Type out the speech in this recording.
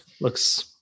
looks